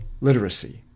literacy